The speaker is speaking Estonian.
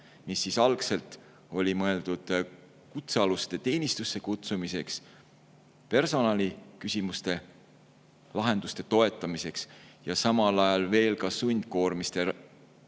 mis algselt oli mõeldud kutsealuste teenistusse kutsumiseks, personaliküsimuste lahenduste toetamiseks ja samal ajal veel sundkoormiste teostamiseks,